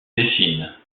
dessine